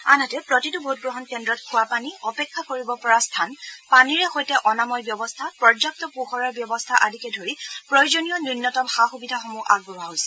আনহাতে প্ৰতিটো ভোটগ্ৰহণ কেদ্ৰত খোৱাপানী অপেক্ষা কৰিব পৰা স্থান পানীৰে সৈতে অনাময় ব্যৱস্থা পৰ্যাপ্ত পোহৰৰ ব্যৱস্থা আদিকে ধৰি প্ৰয়োজনীয় ন্যনতম সা সুবিধাসমূহ আগবঢোৱা হৈছে